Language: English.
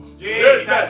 Jesus